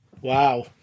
Wow